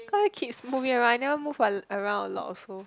cause a kids moving around I never move a around a lot also